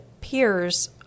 peers